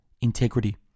integrity